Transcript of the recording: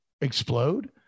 explode